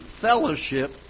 fellowship